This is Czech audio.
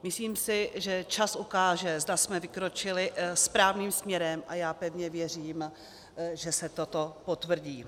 Myslím si, že čas ukáže, zda jsme vykročili správným směrem, a já pevně věřím, že se toto potvrdí.